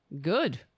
Good